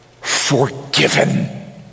forgiven